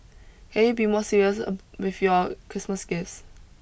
can you be more serious with your Christmas gifts